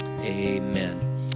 Amen